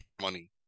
money